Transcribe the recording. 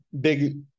big